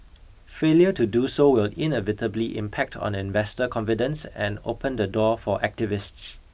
failure to do so will inevitably impact on investor confidence and open the door for activists